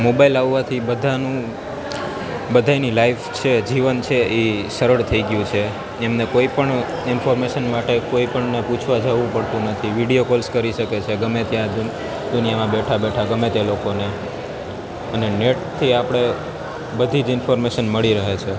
mobile આવવાથી બધાનું બધાયની લાઈફ છે જીવન છે એ સરળ થઈ ગયું છે એમને કોઈપણ ઇન્ફોર્મેશન માટે કોઈપણને પૂછવા જાવું પડતું નથી વિડીયો કોલ્સ કરી શકે છે ગમે ત્યાં દુનિયામાં બેઠા બેઠા ગમે તે લોકોને અને નેટથી આપણે બધી જ ઇન્ફોર્મેશન મળી રહે છે